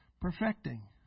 Perfecting